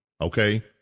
okay